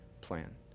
plan